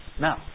Now